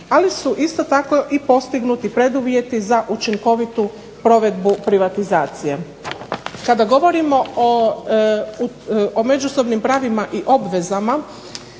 ali su isto tako i postignuti preduvjeti za učinkovitu provedbu privatizacije. Kada govorimo o međusobnim pravima i obvezama